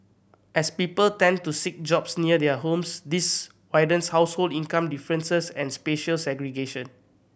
as people tend to seek jobs near their homes this widens household income differences and spatial segregation